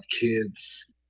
kids